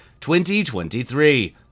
2023